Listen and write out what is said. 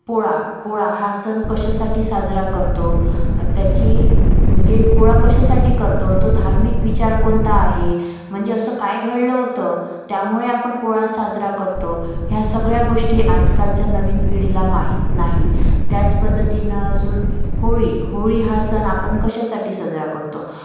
पोळा पोळा हा सण कशासाठी साजरा करतो त्याची म्हणजे पोळा कशासाठी करतो तो धार्मिक विचार कोणता आहे म्हणजे असं काय घडलं होतं त्यामुळे आपण पोळा साजरा करतो ह्या सगळ्या गोष्टी आजकालच्या नवीन पिढीला माहीत नाही त्याच पद्धतीनं अजून होळी होळी हा सण आपण कशासाठी साजरा करतो